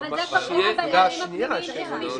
אבל זה כבר קיים בנהלים הפנימיים שלנו.